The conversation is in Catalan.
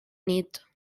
nit